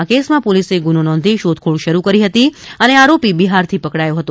આ કેસમાં પોલીસે ગુનો નોંધી શોધખોળ શરૂ કરી હતી અને આરોપી બિહારથી પકડાયો હતો